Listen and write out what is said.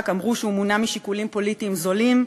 אמרו שהוא מונע משיקולים פוליטיים זולים,